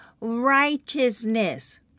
righteousness